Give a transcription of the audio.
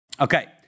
Okay